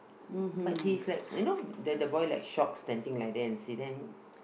but he's like you know the the boy like shocked standing like there and see then